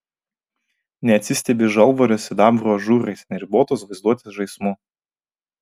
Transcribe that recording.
neatsistebi žalvario sidabro ažūrais neribotos vaizduotės žaismu